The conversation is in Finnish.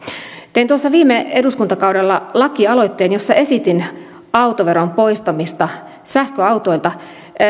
tein tuossa viime eduskuntakaudella lakialoitteen jossa esitin autoveron poistamista sähköautoilta